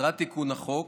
מטרת תיקון החוק